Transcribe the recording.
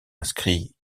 inscrit